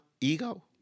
ego